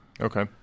Okay